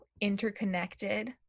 interconnected